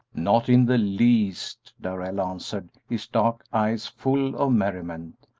not in the least, darrell answered, his dark eyes full of merriment.